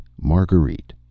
Marguerite